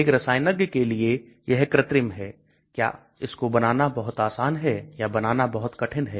एक रसायनज्ञ के लिए यह कृत्रिम है क्या इसको बनाना बहुत आसान है या बनाना बहुत कठिन है